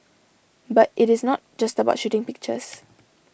but it is not just about shooting pictures